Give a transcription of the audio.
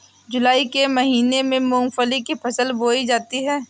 जूलाई के महीने में मूंगफली की फसल बोई जाती है